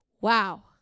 wow